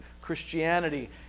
Christianity